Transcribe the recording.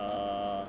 err